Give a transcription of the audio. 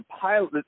pilot